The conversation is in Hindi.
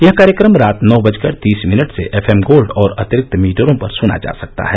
यह कार्यक्रम रात नौ बजकर तीस मिनट से एफएम गोल्ड और अतिरिक्त मीटरों पर सुना जा सकता है